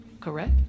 correct